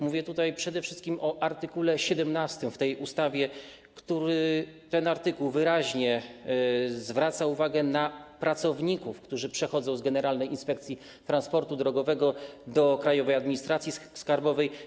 Mówię tutaj przede wszystkim o art. 17 w tej ustawie, który wyraźne zwraca uwagę na pracowników, którzy przechodzą z generalnej inspekcji transportu drogowego do Krajowej Administracji Skarbowej.